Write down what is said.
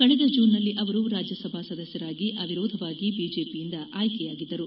ಕಳೆದ ಜೂನ್ನಲ್ಲಿ ಅವರು ರಾಜ್ಯಸಭೆ ಸದಸ್ಯರಾಗಿ ಅವಿರೋಧವಾಗಿ ಬಿಜೆಪಿ ಯಿಂದ ಆಯ್ಕೆಯಾಗಿದ್ದರು